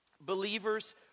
believers